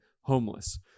homeless